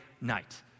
night